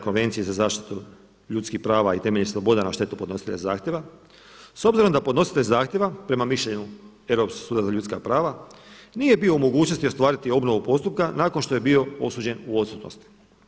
Konvencije za zaštitu ljudskih prava i temeljnih sloboda na štetu podnositelja zahtjeva s obzirom da podnositelj zahtjeva prema mišljenju Europskog suda za ljudska prava nije bio u mogućnosti ostvariti obnovu postupka nakon što je bio osuđen u odsutnosti.